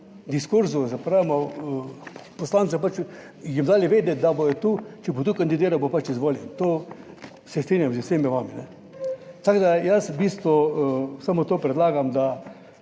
diskurzu, se pravi(?), poslancev, pač, jim dali vedeti, da bodo tu, če bo tu kandidiral, bo pač izvoljen. To se strinjam z vsemi vami. Tako, da jaz v bistvu samo to predlagam, da,